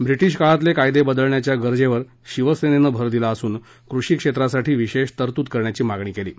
British काळातले कायदे बदलण्याच्या गरजेवर शिवसेनेनं भर दिला असून कृषी क्षेत्रासाठी विशेष तरतूद करण्याची मागणी केली आहे